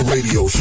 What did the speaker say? Radio